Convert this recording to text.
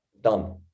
done